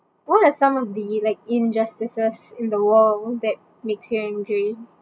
what are some of the like injustices in the world that makes you angry